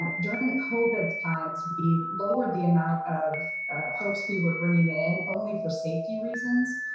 and during the covid times, we've lowered the amount of folks we were bringing in only for safety reasons.